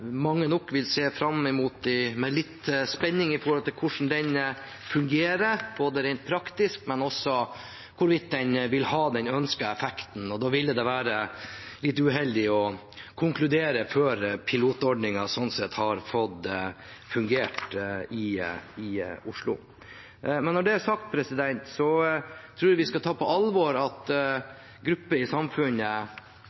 vil nok mange se fram mot med litt spenning med tanke på hvordan den fungerer rent praktisk, men også hvorvidt den vil ha den ønskede effekten. Da ville det være litt uheldig å konkludere før pilotordningen har fått fungere i Oslo. Men når det er sagt, tror jeg vi skal ta på alvor at